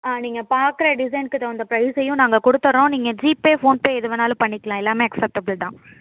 நீங்கள் பார்க்குற டிசைன்க்கு தகுந்த ப்ரைஸையும் நாங்கள் கொடுத்தட்றோம் நீங்கள் ஜிபே ஃபோன்பே எது வேணாலும் பண்ணிக்கலாம் எல்லாமே அக்சப்ட்டபுள் தான்